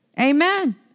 Amen